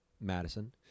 Madison